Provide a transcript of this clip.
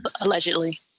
Allegedly